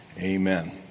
Amen